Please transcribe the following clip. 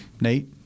Nate